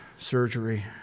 surgery